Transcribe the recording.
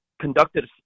conducted